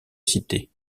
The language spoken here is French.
cité